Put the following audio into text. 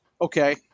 Okay